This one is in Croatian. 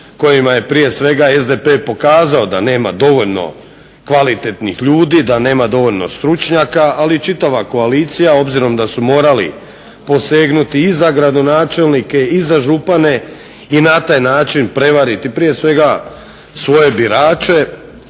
kojima je prije svega SDP pokazao da nema dovoljno kvalitetnih ljudi, da nema dovoljno stručnjaka ali i čitava koalicija obzirom da su morali posegnuti i za gradonačelnike i za župane i na taj način prevariti prije svega svoje birače